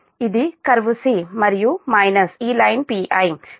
ఇది curve C మరియు minus ఈ లైన్ Pi